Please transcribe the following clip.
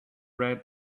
red